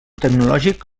tecnològic